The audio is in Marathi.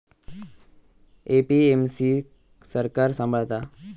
ए.पी.एम.सी क सरकार सांभाळता